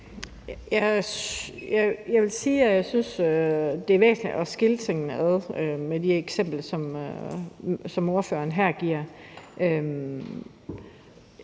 Jeg vil sige, at jeg synes, at det er væsentligt at skille tingene ad, når det gælder de eksempler, som ordføreren kommer